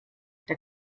der